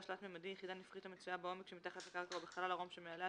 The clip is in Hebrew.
תלת־ממדי" יחידה נפחית המצויה בעומק שמתחת לקרקע או בחלל הרום שמעליה,